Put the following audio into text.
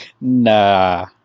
Nah